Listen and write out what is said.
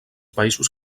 països